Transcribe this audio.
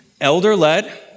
elder-led